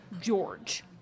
George